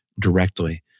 directly